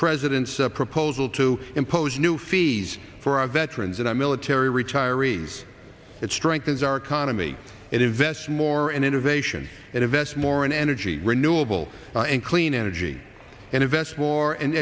president's proposal to impose new fees for our veterans and i military retirees it strengthens our economy it invest more in innovation and invest more in energy renewable in clean energy and invest more in